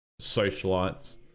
socialites